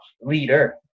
leader